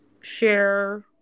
share